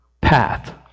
path